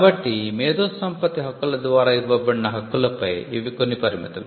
కాబట్టి మేధో సంపత్తి హక్కుల ద్వారా ఇవ్వబడిన హక్కులపై ఇవి కొన్ని పరిమితులు